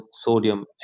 sodium